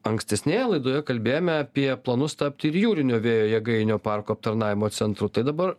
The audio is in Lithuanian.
ankstesnėje laidoje kalbėjome apie planus tapti ir jūrinių vėjo jėgainių parko aptarnavimo centru tai dabar